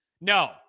No